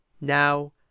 Now